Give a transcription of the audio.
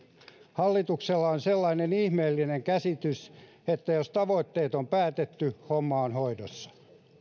hallituksella on sellainen ihmeellinen käsitys että jos tavoitteet on päätetty homma on hoidossa